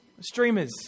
Streamers